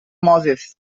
moses